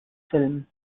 film